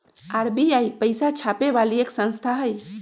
RBI पैसा छापे वाली एक संस्था हई